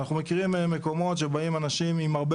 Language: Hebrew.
ואנחנו מכירים מקומות שבאים אנשים עם הרבה